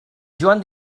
joan